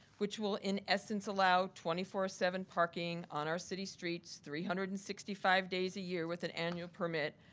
which will in essence allow twenty four seven parking on our city streets three hundred and sixty five days a year with an annual permit.